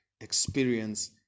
experience